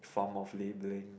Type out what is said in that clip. form of labeling